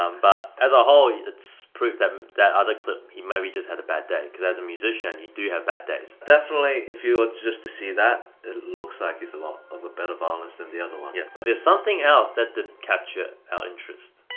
um but, as a whole. it's proof that, um that other clip, he maybe just had a bad day. cause as a musician, you do have bad days. definitely if you were like just to see that, it looks like he's a lot of a better violinist than the other one. yeah, but, there's something else that did capture our interest.